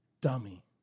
dummy